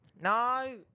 No